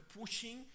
pushing